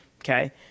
Okay